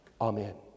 Amen